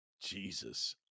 Jesus